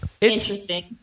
interesting